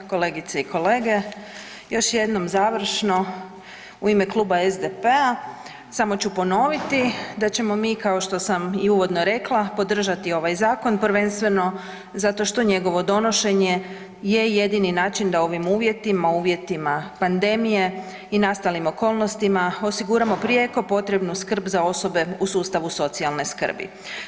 Kolegice i kolege, još jednom završno u ime Kluba SDP-a samo ću ponoviti da ćemo mi kao što sam i uvodno rekla podržati ovaj zakon prvenstveno zato što njegovo donošenje je jedini način da u ovim uvjetima, uvjetima pandemije i nastalim okolnostima osiguramo prijeko potrebnu skrb za osobe u sustavu socijalne skrbi.